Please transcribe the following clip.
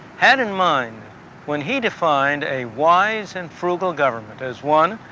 had in mind when he defined a wise and frugal government as, one,